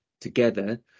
together